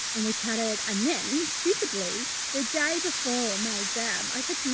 and we chatted. and then stupidly, the day before my exam, i said to mum,